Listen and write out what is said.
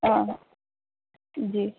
ہاں جی